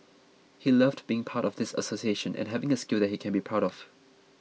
he loved being part of this association and having a skill that he can be proud of